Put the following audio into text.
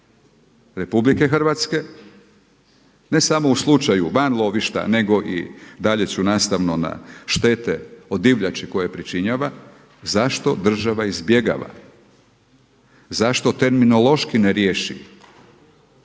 RH ne samo u slučaju van lovišta nego i dalje ću nastavno na štete od divljači koje pričinjava zašto država izbjegava? Zašto terminološki ne riješi?